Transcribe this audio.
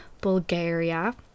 bulgaria